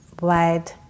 wide